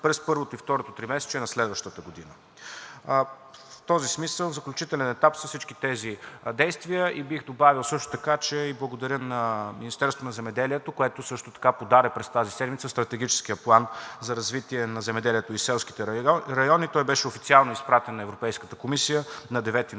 през първото и второто тримесечие на следващата година. В този смисъл в заключителен етап са всички тези действия. Бих добавил, че благодаря на Министерството на земеделието, което също така подаде през тази седмица Стратегическия план за развитие на земеделието и селските райони. Той беше официално изпратен на Европейската комисия на 9 ноември.